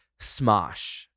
smosh